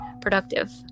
productive